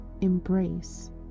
embrace